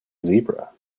zebra